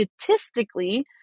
statistically